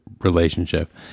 relationship